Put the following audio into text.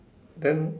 then